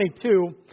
22